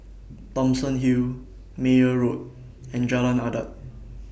Thomson Hill Meyer Road and Jalan Adat